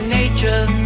nature